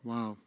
Wow